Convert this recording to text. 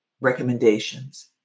recommendations